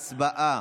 הצבעה.